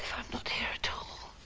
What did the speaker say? i'm not here at